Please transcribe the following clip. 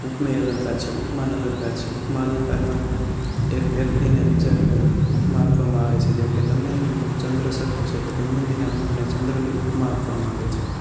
ઉપમેય અલંકાર છે ઉપમાન અલંકાર છે ઉપમા અલંકારમાં એક વ્યક્તિને બીજા ઉપમા આપવામાં આવે છે જેમકે દમયંતિનું મુખ ચંદ્ર સરખું છે તો દમયંતિને મુખને ચંદ્રની ઉપમા આપવામાં આવે છે